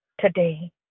today